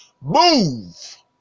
Move